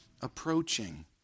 approaching